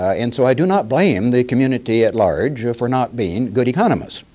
and so i do not blame the community at large for not being good economists.